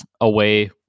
away